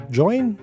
join